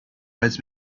had